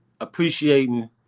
appreciating